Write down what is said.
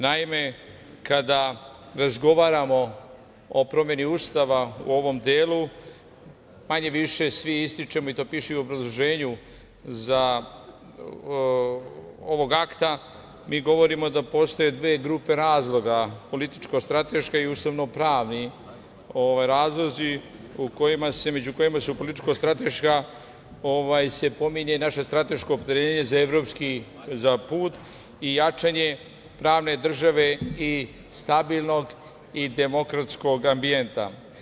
Naime, kada razgovaramo o promeni Ustava u ovom delu, manje-više svi ističemo, i to piše u obrazloženju ovog akta, mi govorimo da postoje dve grupe razloga – političko-strateški i ustavno-pravni razlozi, među kojima se u političko-strateška pominje i naše strateško opredeljenje za evropski put i jačanje pravne države i stabilnog i demokratskog ambijenta.